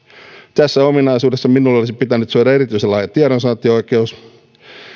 tässä ominaisuudessa minulle olisi pitänyt suoda erityisen laaja tiedonsaantioikeus